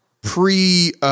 pre